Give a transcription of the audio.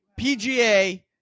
PGA